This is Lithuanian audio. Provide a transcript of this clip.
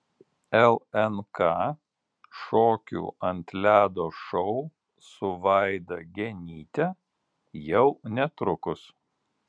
lnk šokių ant ledo šou su vaida genyte jau netrukus